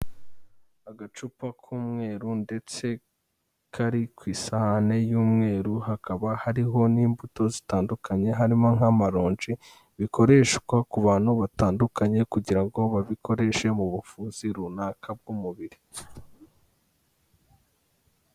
Agacupa k'umweru ndetse kari ku isahani y'umweru, hakaba hariho n'imbuto zitandukanye, harimo nk'amaronji bikoreshwa ku bantu batandukanye kugira ngo babikoreshe mu buvuzi runaka bw'umubiri.